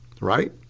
right